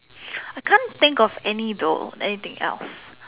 I can't think of any though anything else